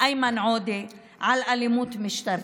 איימן עודה, על אלימות משטרתית,